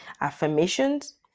affirmations